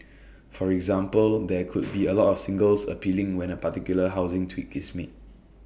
for example there could be A lot of singles appealing when A particular housing tweak is made